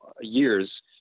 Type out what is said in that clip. years